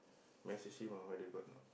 message him ah whether got or not